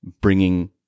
bringing